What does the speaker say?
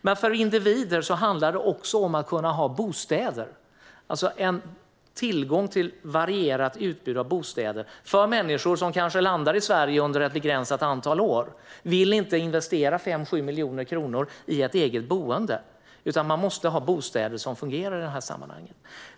Men för individer handlar det också om att kunna ha tillgång till ett varierat utbud av bostäder. Människor som kanske landar i Sverige under ett begränsat antal år vill inte investera 5-7 miljoner kronor i ett eget boende, utan man måste ha bostäder som fungerar i det här sammanhanget.